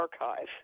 Archive